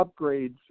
upgrades